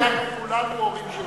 ואז אנחנו כולנו הורים שלו.